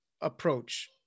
approach